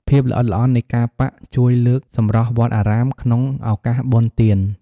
ភាពល្អិតល្អន់នៃការប៉ាក់ជួយលើកសម្រស់វត្តអារាមក្នុងឱកាសបុណ្យទាន។